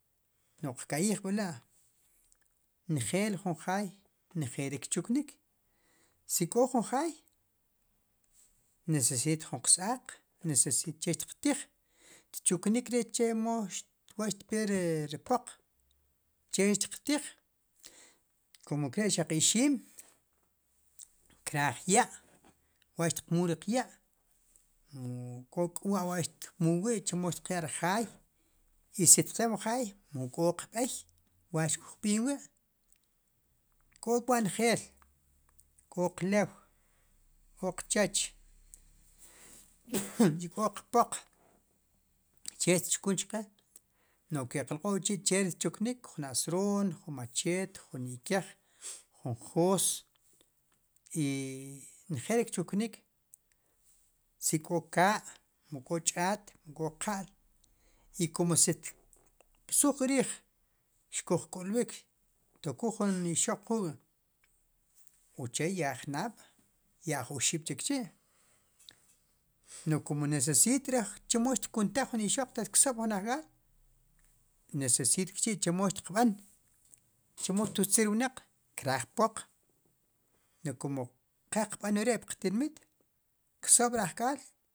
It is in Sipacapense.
No'j qka'yij b'la' njeel jun jaay njeel ri kchuknik, si k'o jun jaay, necesita jun qs-aaq, nececit che xtiqtij, tchuknik ri' chi' chemo, wa' xpetik ri pooq, chee xtiqtiij, kum inkaré xaq ixiim, kraaj ya' wa'xtiqk'muuk riq ya' mi k'o k'wa' wa' xtiqmuul riq ya' mu k'o k'wa' wa'xtiqmuul wi' wa' xtiqya' ri jaay, y si tiq ya'n wu jaay mu k'o qb'eey wa'xkuj b'iin wi' k'k'wa' njeel k'qlew k'o qchooch, chee'tchkun chqe, no'j ki'qlq' k'chi' che ri tchuknik, jun asroon jun macheet, jun ikeej, jun joos, i njeel ri kchuknik, si k'o kaa' mu k'o ch'aat, mu k'o qa'l, i si kum tkb'suj riij, ikuj k'ulb'iik, tokuul jun ixooq quuk' oche'ya jnaab'ya oj oxib' chikchi', n'oj kun necesit re' chemo ixkuntaaj, jun ixooq ataq xtk'osb'ik jun ajk'aal, necesit kçhi' chemo ixtiq b'aan, chemo xtutzrik wnaq, kraaj poq no'j kum qe'qb'an wre' puq tinmiit, kk'soob'ri ajk'aal.